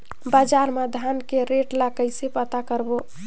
बजार मा धान के रेट ला कइसे पता करबो?